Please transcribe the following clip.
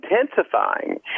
intensifying